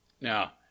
now